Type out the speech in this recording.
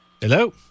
hello